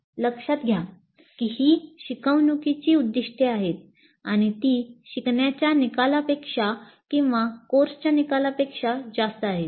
लक्षात घ्या की ही शिकवणुकीची उद्दीष्टे आहेत आणि ती शिकण्याच्या निकालांपेक्षा किंवा कोर्सच्या निकालांपेक्षा जास्त आहेत